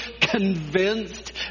convinced